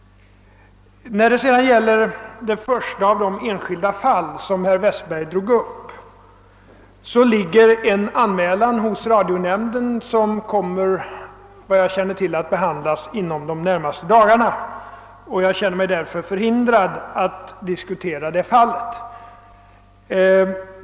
Det första av de enskilda fall som herr Westberg i Ljusdal drog upp har anmälts till radionämnden och kommer, efter vad jag känner till, att behandlas inom de närmaste dagarna; jag känner mig därför förhindrad att nu diskutera det.